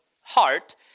heart